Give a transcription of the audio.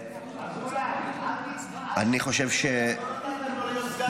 אני חושב -- לא נתתם לו להיות סגן יושב-ראש הכנסת